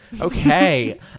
Okay